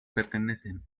pertenecen